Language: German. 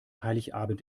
heiligabend